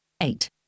eight